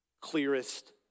clearest